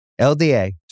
LDA